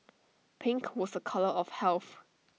pink was A colour of health